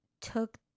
took